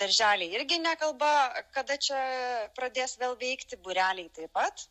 darželiai irgi nekalba kada čia pradės vėl veikti būreliai taip pat